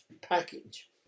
package